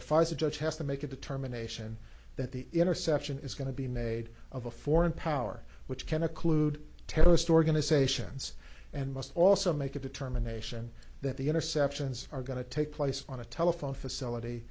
pfizer judge has to make a determination that the interception is going to be made of a foreign power which can a clued terrorist organizations and must also make a determination that the interceptions are going to take place on a telephone facility